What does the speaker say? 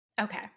Okay